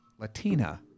Latina